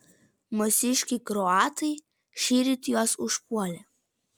mūsiškiai kroatai šįryt juos užpuolė